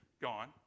gone